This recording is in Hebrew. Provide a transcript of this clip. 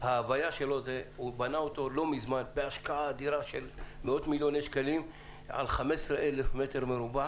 שנבנה בהשקעה אדירה של מאות מיליוני שקלים על 15,000 מטר רבוע.